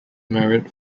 married